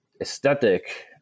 aesthetic